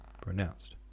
Pronounced